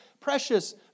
precious